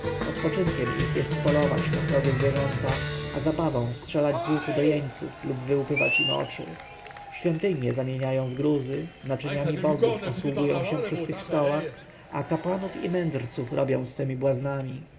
odpoczynkiem ich jest polować na srogie zwierzęta a zabawą strzelać z łuku do jeńców lub wyłupywać im oczy cudze świątynie zamieniają w gruzy naczyniami bogów posługują się przy swych ucztach a kapłanów i mędrców robią swoimi błaznami